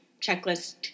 checklist